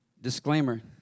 Disclaimer